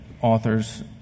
authors